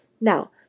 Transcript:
Now